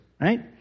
right